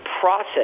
process